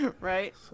Right